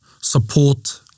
support